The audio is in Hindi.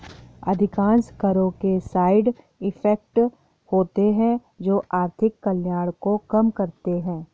अधिकांश करों के साइड इफेक्ट होते हैं जो आर्थिक कल्याण को कम करते हैं